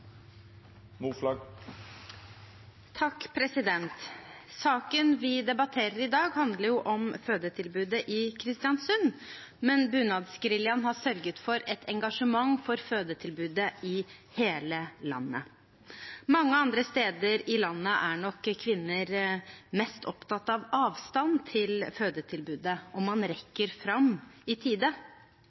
debatterer i dag, handler om fødetilbudet i Kristiansund, men bunadsgeriljaen har sørget for et engasjement for fødetilbudet i hele landet. Mange andre steder i landet er nok kvinner mest opptatt av avstanden til fødetilbudet og om man rekker fram i tide.